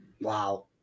wow